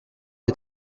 est